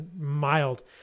mild